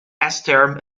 astaire